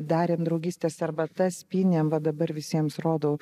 darėm draugystės arbatas pynėm va dabar visiems rodau